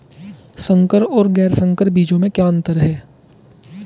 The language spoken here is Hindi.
संकर और गैर संकर बीजों में क्या अंतर है?